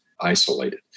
isolated